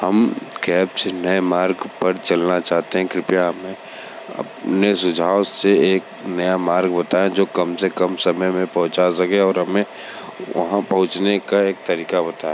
हम कैब से नए मार्ग पर चलना चाहते हैं कृपया हमें अपने सुझाव से एक नया मार्ग बताएँ जो कम से कम समय में पहुंचा सके और हमें वहाँ पहुंचने का एक तरीक़ा बताएँ